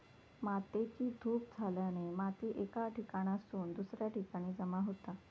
मातेची धूप झाल्याने माती एका ठिकाणासून दुसऱ्या ठिकाणी जमा होता